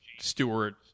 Stewart